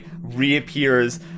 reappears